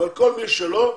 אבל כל מי שלא,